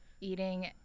eating